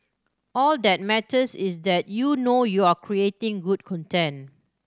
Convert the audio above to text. all that matters is that you know you're creating good content